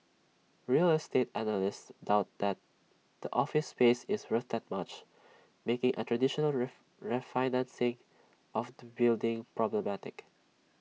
real estate analysts doubt that the office space is worth that much making A traditional refinancing of the building problematic